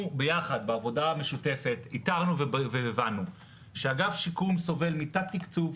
אנחנו ביחד בעבודה המשותפת איתרנו והבנו שאגף שיקום סובל מתת-תקצוב,